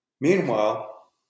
Meanwhile